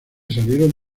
salieron